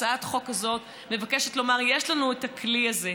הצעת החוק הזאת מבקשת לומר: יש לנו את הכלי הזה,